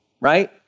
right